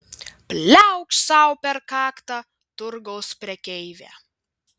pliaukšt sau per kaktą turgaus prekeivė